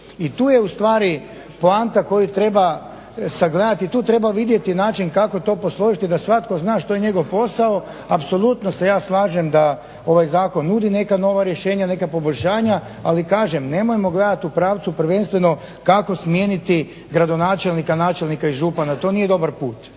i tu je ustvari poanta koju treba sagledati i tu treba vidjeti način kako to posložiti da svatko zna što je njegov posao. Apsolutno se ja slažem da ovaj zakon nudi neka nova rješenja, neka poboljšanja, ali kažem nemojmo gledati u pravcu prvenstveno kako smijeniti gradonačelnika, načelnika i župana. To nije dobar put.